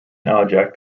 object